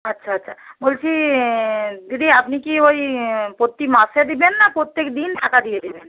আচ্ছা আচ্ছা বলছি দিদি আপনি কি ওই প্রতি মাসে দেবেন না প্রত্যেক দিন টাকা দিয়ে দেবেন